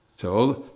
so,